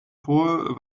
vor